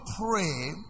pray